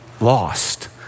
lost